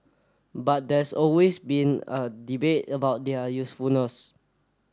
but there's always been a debate about their usefulness